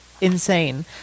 insane